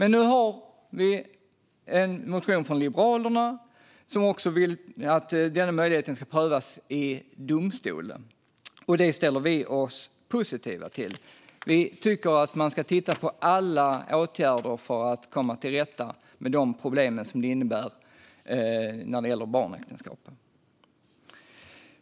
Nu har vi en motion från Liberalerna, som vill att denna möjlighet också ska prövas i domstol. Det ställer vi oss positiva till. Vi tycker att man ska titta på alla åtgärder för att komma till rätta med de problem det innebär när det gäller barnäktenskap.